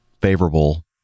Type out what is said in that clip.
favorable